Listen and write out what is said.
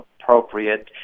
appropriate